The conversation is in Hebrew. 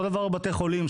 אותו דבר בתי החולים.